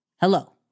hello